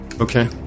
Okay